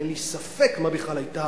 אין לי ספק מה בכלל היתה